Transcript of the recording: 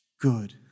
good